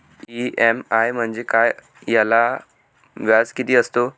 EMI म्हणजे काय? त्याला व्याज किती असतो?